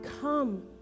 Come